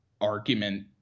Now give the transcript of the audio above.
argument